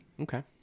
Okay